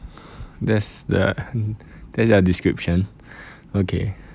that's the that's their description okay